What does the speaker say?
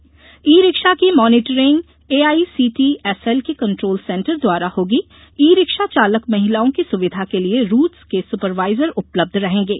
ई rickshaw की monitoring AICTSL के control centre द्वारा होगी ई रिक्शा चालक महिलाओं की सुविधा के लिए रूट्स के सुपरवाइजर उपलब्ध रहेंगे